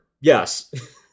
yes